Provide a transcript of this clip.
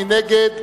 מי נגד?